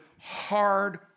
hard